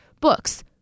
books